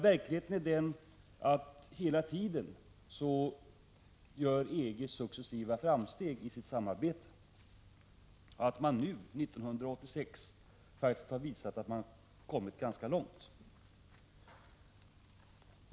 Verkligheten är emellertid den, att EG hela tiden gör successiva framsteg i sitt samarbete och att man nu, 1986, faktiskt har kommit ganska långt.